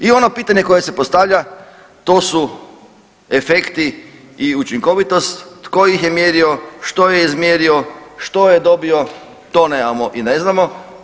I ono pitanje koje se postavlja to su efekti i učinkovitost, tko ih je mjerio, što je izmjerio, što je dobio, to nemamo i ne znamo.